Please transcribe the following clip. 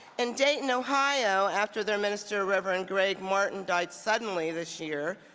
in dayton, ohio, after their minister, reverend greg martin died suddenly this year,